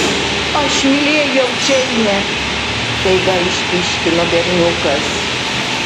aš mylėjau džeinę staiga išpyškino berniukas